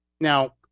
now